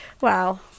Wow